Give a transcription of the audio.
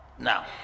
Now